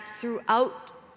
throughout